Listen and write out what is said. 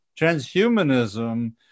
Transhumanism